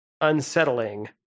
unsettling